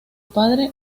padre